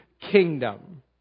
kingdom